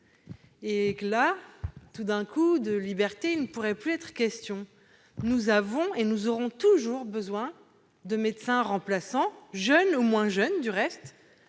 ; et là, tout d'un coup, de liberté, il ne pourrait plus être question ! Nous avons et nous aurons toujours besoin de médecins remplaçants, jeunes ou moins jeunes. J'ai